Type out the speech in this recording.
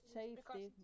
safety